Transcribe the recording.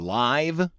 live